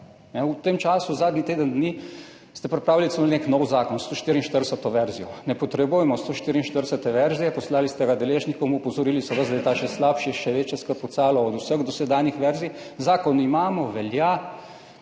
V tem času, v zadnjem tednu dni, ste pripravili celo nek nov zakon, 144. verzijo. Ne potrebujemo 144. verzije. Poslali ste ga deležnikom, opozorili so vas, da je ta še slabši, še večje skropucalo od vseh dosedanjih verzij. Zakon imamo, velja,